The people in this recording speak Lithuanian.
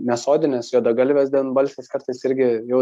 ne sodines juodagalves devynbalsės kartais irgi jau